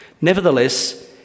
Nevertheless